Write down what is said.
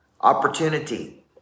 opportunity